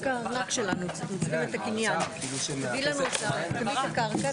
אני מציע שנתחיל להקריא.